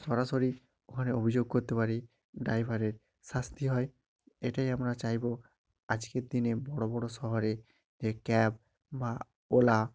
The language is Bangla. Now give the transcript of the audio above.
সরাসরি ওখানে অভিযোগ করতে পারি ড্রাইভারের শাস্তি হয় এটাই আমরা চাইব আজকের দিনে বড়ো বড়ো শহরে এ ক্যাব বা ওলা